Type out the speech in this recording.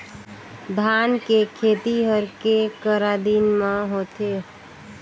धान के खेती हर के करा दिन म होथे?